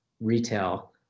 retail